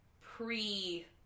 pre